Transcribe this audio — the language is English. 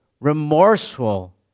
remorseful